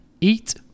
eat